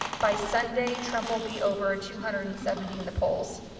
by sunday, trump will be over two hundred and seventy in the polls.